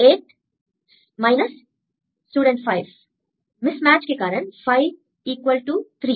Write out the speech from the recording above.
student 5 mismatch के कारण 5 equal to 3